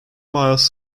miles